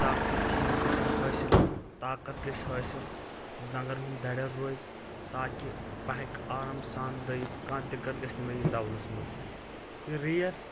طاقتی چیٖز گژھٮ۪ن حٲصِل طاقت گژھِ حٲصِل زنٛگن ہُنٛد دریر روزِ تاکہِ بہٕ ہٮ۪کہٕ آرام سان دٔیِتھ کانٛہہ دِکتھ گژھِ نہٕ مےٚ یِنۍ دونس منٛز یہِ ریس